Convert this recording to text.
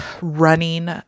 running